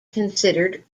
considered